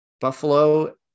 Buffalo